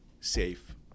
safe